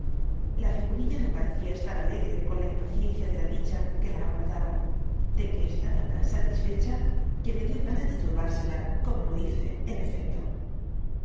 la figurilla no parecía estar alegre con la impaciencia de la dicha que la aguardaba de que estaba tan satisfecha que me díé gana de turbársela como lo hice en efecto